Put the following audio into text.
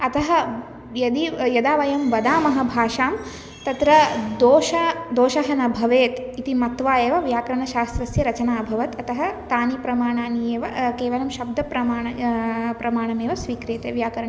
अतः यदि यदा वयं वदामः भाषां तत्र दोषः दोषः न भवेत् इति मत्वा एव व्याकरणशास्त्रस्य रचना अभवत् अतः तानि प्रमाणानि एव केवलं शब्दप्रमाणं प्रमाणमेव स्वीक्रीयते व्याकरणम्